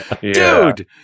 Dude